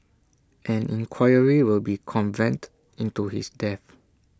an inquiry will be convened into his death